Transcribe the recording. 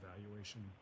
evaluation